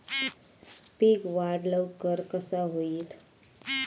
पीक वाढ लवकर कसा होईत?